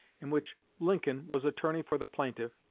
in which lincoln was attorney for the plaintiff,